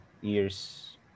years